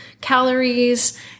calories